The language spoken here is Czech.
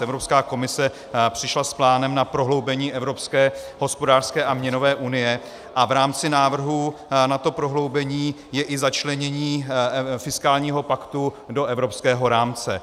Evropská komise přišla s plánem na prohloubení evropské hospodářské a měnové unie a v rámci návrhu na to prohloubení je i začlenění fiskálního paktu do evropského rámce.